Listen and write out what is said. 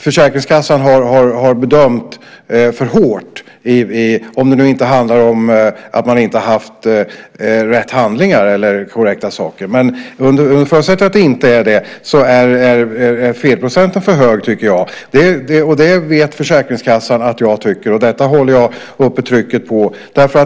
Försäkringskassan har bedömt för hårt, om det nu inte handlar om att man inte har haft rätt handlingar eller korrekta saker. Under förutsättning att det inte är så, tycker jag att felprocenten är för hög. Det vet Försäkringskassan att jag tycker, och där håller jag trycket uppe.